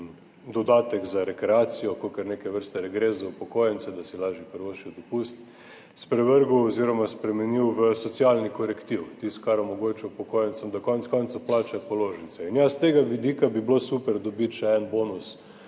dodatek za rekreacijo, neke vrste regres za upokojence, da si lažje privoščijo dopust, sprevrgel oziroma spremenil v socialni korektiv, v tisto, kar omogoča upokojencem, da konec koncev plačajo položnice. In ja, s tega vidika bi bilo super dobiti še en bonus